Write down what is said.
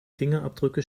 fingerabdrücke